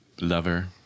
lover